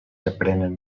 aprenen